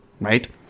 right